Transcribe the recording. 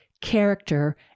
character